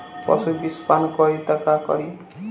पशु विषपान करी त का करी?